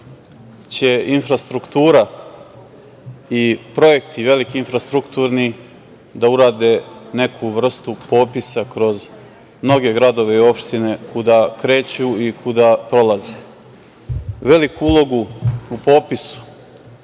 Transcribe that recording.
će infrastruktura i veliki infrastrukturni projekti da urade neku vrstu popisa kroz mnoge gradove i opštine kuda kreću i kuda prolaze. Veliku ulogu u popisu